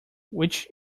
which